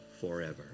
forever